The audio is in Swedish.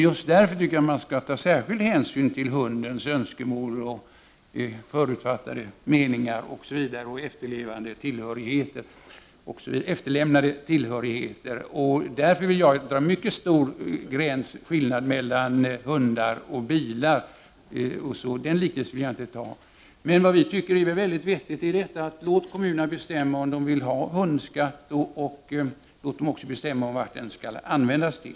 Jag tycker att man bör ta särskild hänsyn till hundens önskemål, förutfattade meningar, efterlämnade tillhörigheter osv., och jag vill därför dra en mycket klar gräns mellan hundar och bilar. Jag vill inte göra några jämförelser mellan dem. Vi tycker att det är vettigt att låta kommunerna bestämma om de vill ta ut hundskatt och även vad den skall användas till.